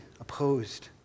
opposed